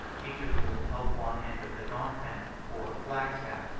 each of whom held one end of the gonfanon, or flagstaff,